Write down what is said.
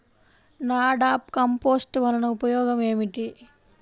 NADEP compost వలన ఉపయోగం ఏమిటి?